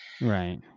Right